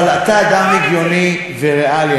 אבל אתה אדם הגיוני וריאלי,